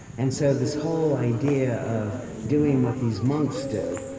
and so this whole idea of doing what these monks do,